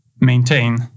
maintain